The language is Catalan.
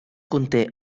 conté